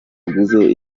uguze